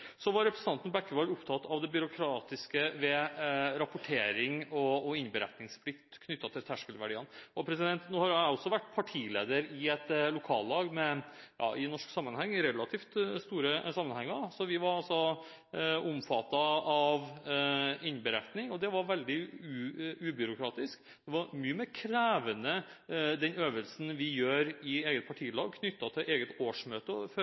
så det må være greit å få på bordet. Representanten Bekkevold var opptatt av det byråkratiske ved rapportering og innberetningsplikt knyttet til terskelverdiene. Jeg har også vært partileder i et – i norsk sammenheng – relativt stort lokallag, så vi var omfattet av innberetning. Det var veldig ubyråkratisk. Den øvelsen vi gjør i eget partilag knyttet til eget årsmøte